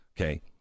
Okay